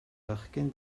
fachgen